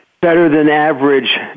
better-than-average